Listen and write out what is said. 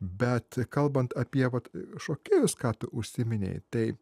bet kalbant apie vat šokėjus ką tu užsiminei tai